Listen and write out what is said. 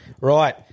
Right